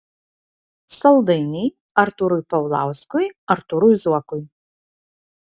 saldainiai artūrui paulauskui artūrui zuokui